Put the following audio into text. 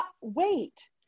Wait